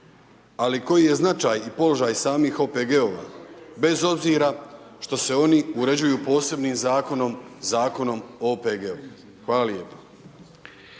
ali koji je značaj i položaj samih OPG-ova, bez obzira što se oni uređuju posebnim zakonom, Zakonom o OPG-u? Hvala lijepo.